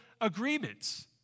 agreements